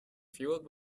fueled